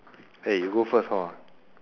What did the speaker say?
eh you go first hor